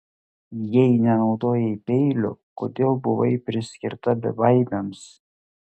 jei nenaudojai peilio kodėl buvai priskirta bebaimiams